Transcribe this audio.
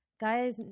guy's